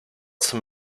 some